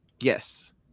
Yes